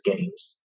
games